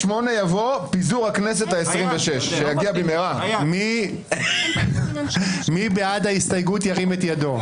הצבעה מס' 5 בעד ההסתייגות 7 נגד,